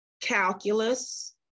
calculus